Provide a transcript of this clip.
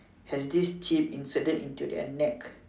has this chip inserted into their neck